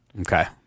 Okay